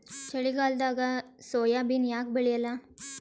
ಚಳಿಗಾಲದಾಗ ಸೋಯಾಬಿನ ಯಾಕ ಬೆಳ್ಯಾಲ?